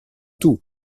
tout